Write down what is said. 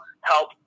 help